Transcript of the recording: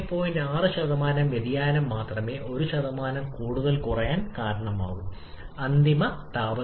6 വ്യതിയാനം മാത്രമേ 1 ൽ കൂടുതൽ കുറയാൻ കാരണമാകൂ അന്തിമ താപ ദക്ഷത